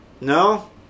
No